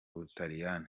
butaliyani